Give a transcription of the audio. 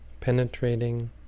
penetrating